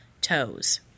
toes